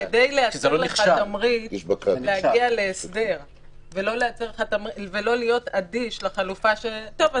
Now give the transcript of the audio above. כדי לאשר לך תמריץ להגיע להסדר ולא להיות אדיש לחלופה של: טוב,